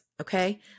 Okay